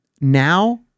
Now